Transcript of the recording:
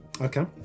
okay